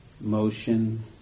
motion